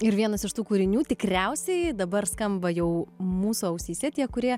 ir vienas iš tų kūrinių tikriausiai dabar skamba jau mūsų ausyse tie kurie